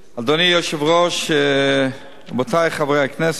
אדוני היושב-ראש, רבותי חברי הכנסת,